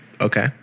Okay